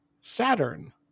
Saturn